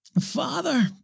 Father